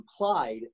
implied